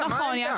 יעקב.